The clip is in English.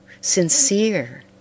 sincere